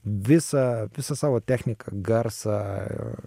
visą visą savo techniką garsą